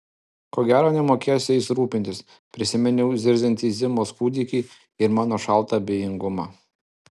ko gero nemokėsiu jais rūpintis prisiminiau zirziantį zimos kūdikį ir mano šaltą abejingumą